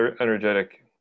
energetic